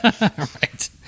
right